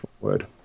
word